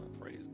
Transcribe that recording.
Praise